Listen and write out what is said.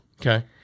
Okay